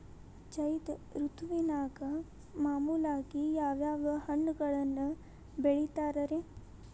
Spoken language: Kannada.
ಝೈದ್ ಋತುವಿನಾಗ ಮಾಮೂಲಾಗಿ ಯಾವ್ಯಾವ ಹಣ್ಣುಗಳನ್ನ ಬೆಳಿತಾರ ರೇ?